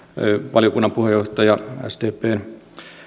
valiokunnan puheenjohtajan sdpn